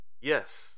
Yes